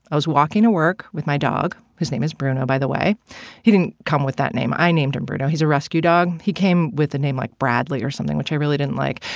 i was walking to work with my dog, his name is bruno by the way he didn't come with that name. i named him bruno. he's a rescue dog. he came with the name like bradley or something, which i really didn't like,